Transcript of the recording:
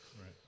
Right